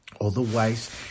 Otherwise